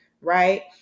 right